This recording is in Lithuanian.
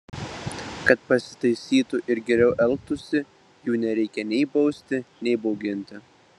kad pasitaisytų ir geriau elgtųsi jų nereikia nei bausti nei bauginti